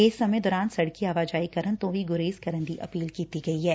ਇਸ ਸਮੇ ਦੌਰਾਨ ਸੜਕੀ ਆਵਾਜਾਈ ਕਰਨ ਤੋਂ ਵੀ ਗੁਰੇਜ਼ ਕਰਨ ਦੀ ਅਪੀਲ ਕੀਤੀ ਗਈ ਐ